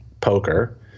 poker